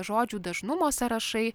žodžių dažnumo sąrašai